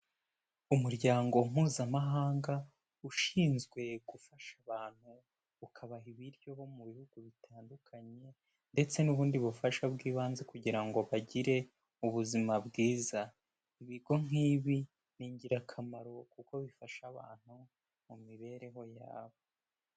Umuryango mpuzamahanga ushinzwe gufasha abantu, ukabaha ibiryo, bo mu bihugu bitandukanye ndetse n'ubundi bufasha bw'ibanze kugira ngo bagire ubuzima bwiza. Ibigo nk'ibi ni ingirakamaro kuko bifasha abantu mu mibereho yabo.